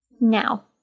Now